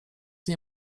nie